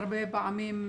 הרבה פעמים,